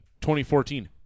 2014